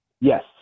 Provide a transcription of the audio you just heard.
Yes